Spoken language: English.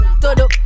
Todo